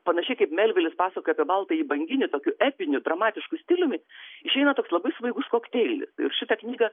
panašiai kaip melvilis pasakoja apie baltąjį banginį tokiu epiniu dramatišku stiliumi išeina toks labai svaigus kokteilis ir šitą knygą